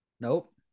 Nope